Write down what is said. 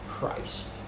Christ